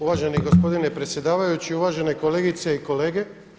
Uvaženi gospodine predsjedavajući, uvažene kolegice i kolege.